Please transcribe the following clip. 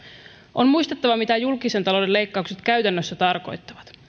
on muistettava mitä julkisen talouden leikkaukset käytännössä tarkoittavat